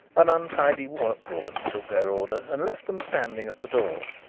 an untidy workwoman took their order and left them standing at the door.